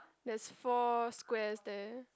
there's four squares there